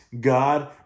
God